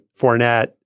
Fournette